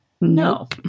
No